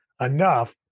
enough